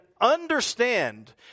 understand